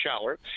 shower